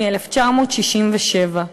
מ-1967,